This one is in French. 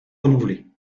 renouvelé